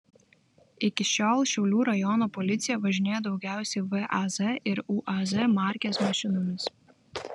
iki šiol šiaulių rajono policija važinėjo daugiausiai vaz ir uaz markės mašinomis